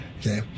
Okay